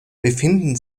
befinden